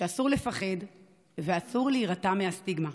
שאסור לפחד ואסור להירתע מהסטיגמה.